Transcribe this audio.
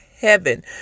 heaven